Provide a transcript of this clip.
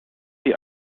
die